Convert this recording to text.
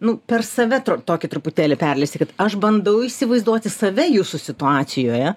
nu per save tro tokį truputėlį perleisti kad aš bandau įsivaizduoti save jūsų situacijoje